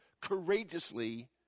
courageously